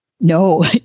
no